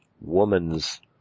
woman's